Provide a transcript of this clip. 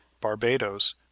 barbados